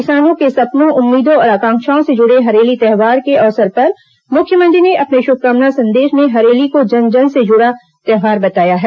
किसानों के सपनों उम्मीदों और आकांक्षाओं से जुड़े हरेली त्यौहार के अवसर पर मुख्यमंत्री ने अपने शुभकामना संदेश में हरेली को जन जन से जुड़ा त्यौहार बताया है